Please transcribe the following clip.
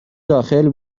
داخل